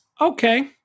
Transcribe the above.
okay